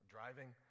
Driving